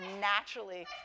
naturally